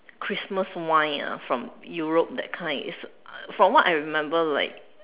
Christmas wine ah from Europe that kind it's from what I remember like